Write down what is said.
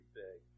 big